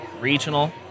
Regional